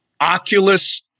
Oculus